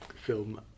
film